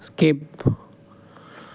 skip